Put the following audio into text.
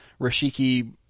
Rashiki